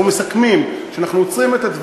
להם אתה נותן 100%